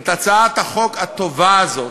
את הצעת החוק הטובה הזאת,